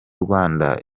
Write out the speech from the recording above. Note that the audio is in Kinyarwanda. rwanda